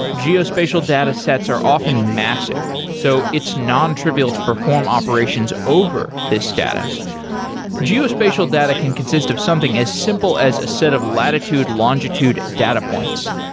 geospatial datasets are often massive, so it's non-trivial to perform operations over this data geospatial data can consist of something as simple as a set of latitude, longitude data points,